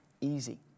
easy